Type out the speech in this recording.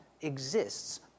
exists